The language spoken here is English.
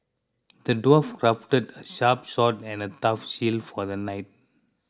the dwarf crafted a sharp sword and a tough shield for the knight